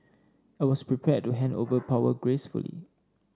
I was prepared to hand over power gracefully